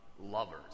lovers